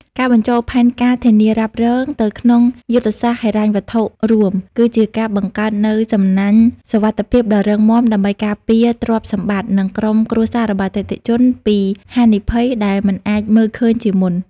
ការបញ្ចូលផែនការធានារ៉ាប់រងទៅក្នុងយុទ្ធសាស្ត្រហិរញ្ញវត្ថុរួម គឺជាការបង្កើតនូវសំណាញ់សុវត្ថិភាពដ៏រឹងមាំដើម្បីការពារទ្រព្យសម្បត្តិ និងក្រុមគ្រួសាររបស់អតិថិជនពីហានិភ័យដែលមិនអាចមើលឃើញជាមុន។